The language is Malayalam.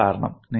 അതാണ് കാരണം